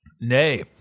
Nay